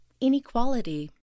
Inequality